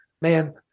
man